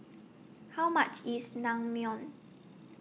How much IS Naengmyeon